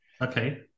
okay